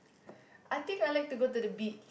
I think I like to go to the beach